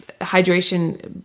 hydration